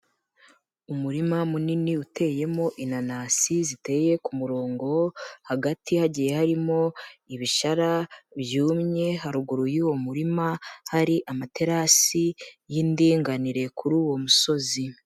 Umurima munini uteyemo inanasi ziteye ku murongo, hagati hagiye harimo ibishara byumye, haruguru y'uwo murima hari amaterasi y'indinganire kuri uwo musozi.